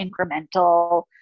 incremental